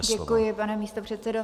Děkuji, pane místopředsedo.